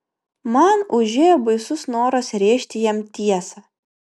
man užėjo baisus noras rėžti jam tiesą